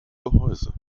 gehäuse